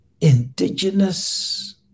indigenous